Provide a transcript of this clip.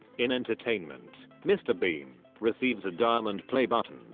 in entertainment, mr bean receives a diamond play button,